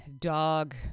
dog